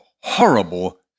horrible